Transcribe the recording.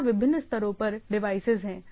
यहां विभिन्न स्तरों पर डिवाइसेज हैं